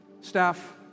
Staff